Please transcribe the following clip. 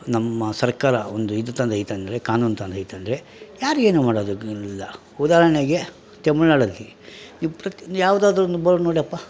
ನಮ್ಮ ಸರ್ಕಾರ ಒಂದು ಇದು ತಂದೈತಂದರೆ ಕಾನೂನು ತಂದೈತಂದರೆ ಯಾರು ಏನು ಮಾಡೋದಕಿಲ್ಲ ಉದಾಹರಣೆಗೆ ತಮಿಳ್ನಾಡಲ್ಲಿ ಈ ಪ್ರತ್ಯೊಂದು ಯಾವುದಾದ್ರೊಂದು ಬೋರ್ಡ್ ನೋಡ್ಯಪ್ಪ